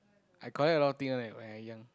I collect a lot thing one eh when I young